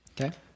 Okay